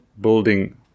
building